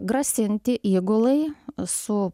grasinti įgulai su